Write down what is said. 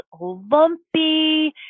lumpy